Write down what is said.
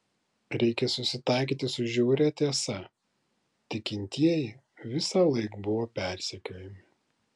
reikia susitaikyti su žiauria tiesa tikintieji visąlaik buvo persekiojami